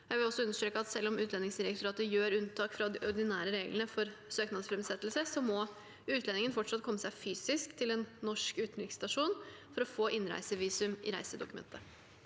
Jeg vil også understreke at selv om Utlendingsdirektoratet gjør unntak fra de ordinære reglene for søknadsframsettelse, må utlendinger fortsatt komme seg fysisk til en norsk utenriksstasjon for å få innreisevisum i reisedokumentet.